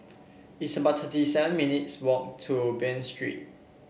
it's about thirty seven minutes' walk to Bain Street